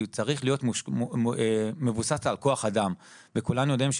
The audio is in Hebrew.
כי זה צריך להיות מבוסס על כוח אדם וכולנו יודעים,